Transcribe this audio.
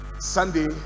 Sunday